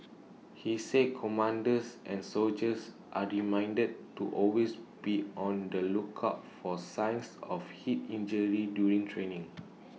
he said commanders and soldiers are reminded to always be on the lookout for signs of heat injury during training